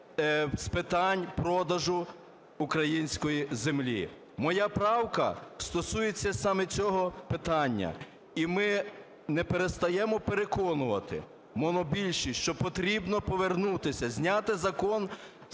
з питань продажу української землі. Моя правка стосується саме цього питання. І ми не перестаємо переконувати монобільшість, що потрібно повернутися, зняти закон